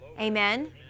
Amen